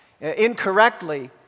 incorrectly